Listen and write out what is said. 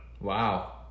Wow